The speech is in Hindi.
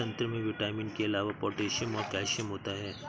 संतरे में विटामिन के अलावा पोटैशियम और कैल्शियम होता है